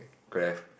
grave